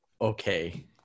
okay